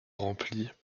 remplies